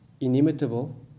inimitable